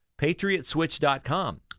PatriotSwitch.com